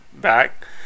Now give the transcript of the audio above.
Back